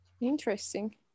interesting